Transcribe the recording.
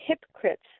hypocrites